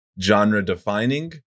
genre-defining